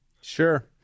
Sure